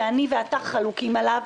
ואני ואתה חלוקים עליו,